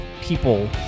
people